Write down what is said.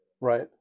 right